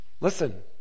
Listen